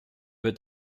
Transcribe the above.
wird